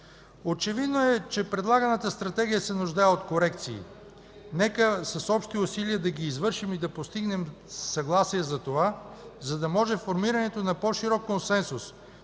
Очевидно е, че предлаганата Стратегия се нуждае от корекции. Нека с общи усилия да ги извършим и да постигнем съгласие за това, за да може формирането на по-широк консенсус,